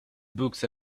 books